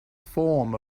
form